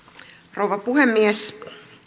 rouva puhemies